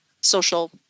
social